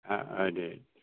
औ औ दे